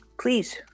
Please